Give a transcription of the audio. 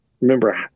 Remember